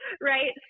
right